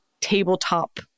tabletop